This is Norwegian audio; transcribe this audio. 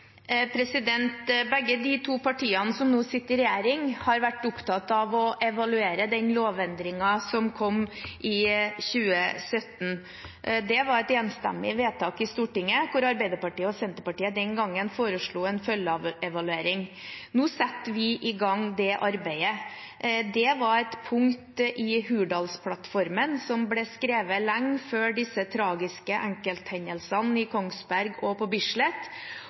Begge de to partiene som nå sitter i regjering, har vært opptatt av å evaluere den lovendringen som kom i 2017. Det var et enstemmig vedtak i Stortinget, hvor Arbeiderpartiet og Senterpartiet den gangen foreslo en følgeevaluering. Nå setter vi i gang det arbeidet. Det var et punkt i Hurdalsplattformen som ble skrevet lenge før disse tragiske enkelthendelsene i Kongsberg og på